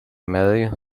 medio